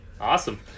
Awesome